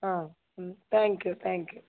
ஆ ம் thank you thank you